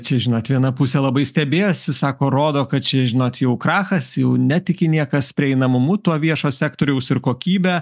čia žinot viena pusė labai stebėjosi sako rodo kad čia žinot jau krachas jau netiki niekas prieinamumu to viešo sektoriaus ir kokybe